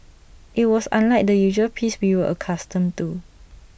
IT was unlike the usual peace we were accustomed to